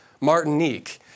Martinique